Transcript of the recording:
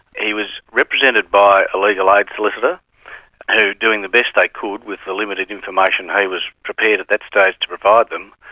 he was represented by a legal aid solicitor who doing the best they could with the limited information he was prepared at that stage to provide them,